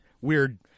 Weird